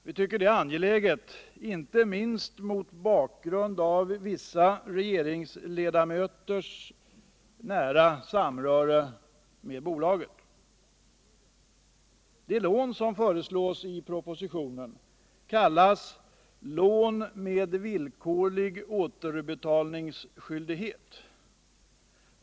Vi tycker att det är angeläget inte minst mot bakgrund av vissa regeringsledamöters nära samröre med bolaget. Det lån som föreslås i propositionen kallas lån med villkorlig återbetalningsskyldighet.